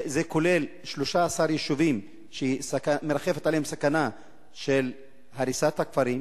זה כולל 13 יישובים שמרחפת עליהם סכנה של הריסת הכפרים.